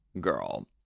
Girl